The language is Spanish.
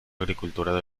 agricultura